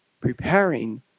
preparing